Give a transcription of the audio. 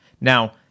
Now